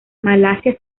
malasia